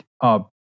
up